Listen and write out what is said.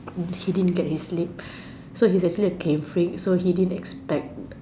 he didn't get his sleep so he's actually a game freak so he didn't expect